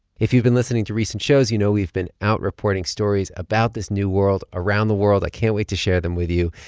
if you've been listening to recent shows, you know we've been out reporting stories about this new world around the world. i can't wait to share them with you.